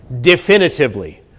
definitively